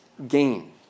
gain